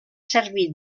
servir